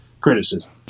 criticism